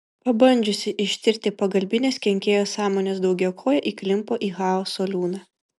pabandžiusi ištirti pagalbines kenkėjo sąmones daugiakojė įklimpo į chaoso liūną